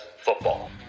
football